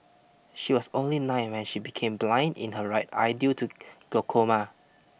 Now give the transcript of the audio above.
she was only nine when she became blind in her right eye due to glaucoma